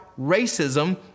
racism